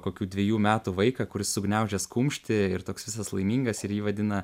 kokių dvejų metų vaiką kuris sugniaužęs kumštį ir toks visas laimingas ir jį vadina